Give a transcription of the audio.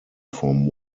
from